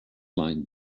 line